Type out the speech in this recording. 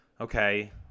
okay